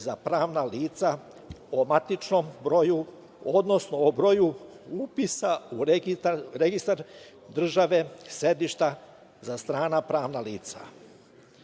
za pravna lica o matičnom broju, odnosno, o broju upisa u registar države sedišta za strana pravna lica.